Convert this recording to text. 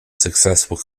successful